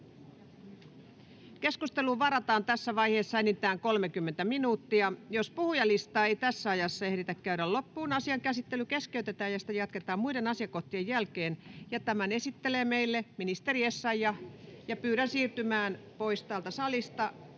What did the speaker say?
Keskusteluun varataan tässä vaiheessa enintään 30 minuuttia. Jos puhujalistaa ei tässä ajassa ehditä käydä loppuun, asian käsittely keskeytetään ja sitä jatketaan muiden asiakohtien jälkeen. Ja tämän esittelee meille ministeri Essayah. — Pyydän siirtymään pois täältä